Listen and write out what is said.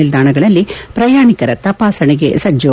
ನಿಲ್ದಾಣಗಳಲ್ಲಿ ಪ್ರಯಾಣಿಕರ ತಪಾಸಣೆಗೆ ಸಜ್ಜು